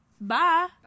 bye